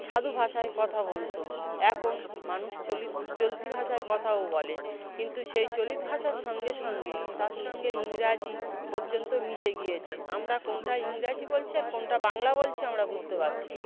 সাধু ভাষায় কথা বলতো এখন মানুষ চলিত ভা চলতি ভাষায় কথাও বলে কিন্তু সেই চলিত ভাষার সঙ্গে সঙ্গে তার সঙ্গে ইংরাজি পর্যন্ত মিশে গিয়েছে